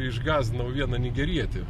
išgąsdinau vieną nigerietį